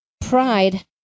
pride